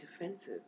defensive